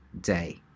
day